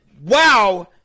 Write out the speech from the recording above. wow